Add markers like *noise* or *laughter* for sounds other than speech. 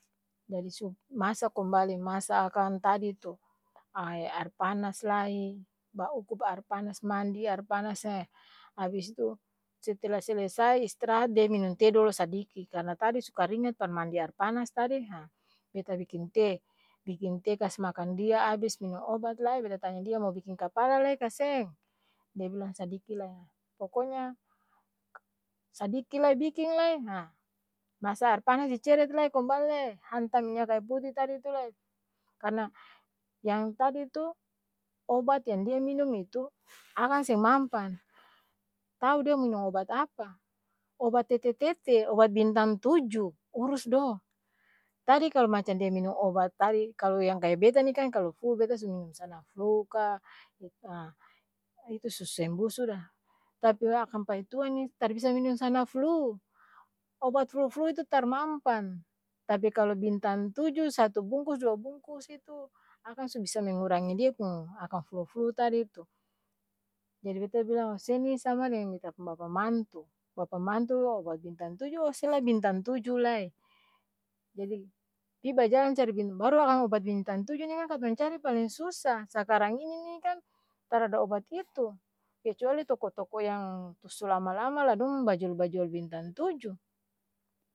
Jadi su masa kombali, masa akang tadi tu, ae aer panas lai, ba ukup aer panas, mandi aer panas e, abis itu setela selesai istirahat dia minong te dolo sadiki karna tadi su karingat par mandi aer panas tadi ha beta biking te, biking te, kas makan dia abis minom obat lae beta tanya dia mau biking kapala lai ka seng? Dia bilang sadiki lai ha, poko nya sadiki lai biking lai, ha masa aer panas di ceret lae kombali lae hantam minya kayu puti tadi tu lae karna, yang tadi tu, obat yang dia minum itu akang *noise* seng mampan, tau dia minong obat apa? Obat tete-tete obat bintan tuju urus do, tadi kal macan dia minung obat tadi kalo yang kaya beta ni kan kalo flu beta su minum sanaflu ka *hesitation* itu su sembuh sudah, tapi akang paitua ni tar bisa minum sanaflu obat flu-flu itu tar mampan, tapi kalo bintan tuju satu bungkus dua bungkus itu akang su bisa mengurangi dia pung akang flu-flu tadi tu, jadi beta bilang se ni sama deng beta pung bapa mantu, bapa mantu obat bintan tuju, ose lai bintan tuju lai, jadi pi bajalang cari bint baru aa obat bintang tuju ni kang katong cari paleng susaah sakarang ini ni kan, tarada obat itu kecuali toko-toko yang tu su lama-lama la dong bajul-bajual bintan tuju.